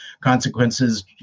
consequences